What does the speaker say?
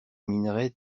minerai